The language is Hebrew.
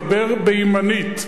דבר בימנית,